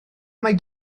mai